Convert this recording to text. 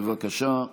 בבקשה.